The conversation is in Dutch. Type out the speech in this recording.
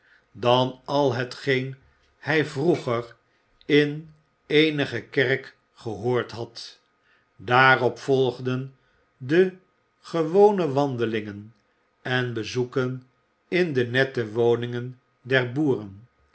dan al hetgeen hij vroeger in eenige kerk gehoord had daarop volgden de gewone wandelingen en bezoeken in de nette woningen der boeren